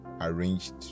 arranged